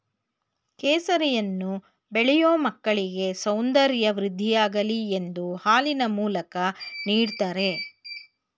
ಕೇಸರಿಯನ್ನು ಬೆಳೆಯೂ ಮಕ್ಕಳಿಗೆ ಸೌಂದರ್ಯ ವೃದ್ಧಿಯಾಗಲಿ ಎಂದು ಹಾಲಿನ ಮೂಲಕ ನೀಡ್ದತರೆ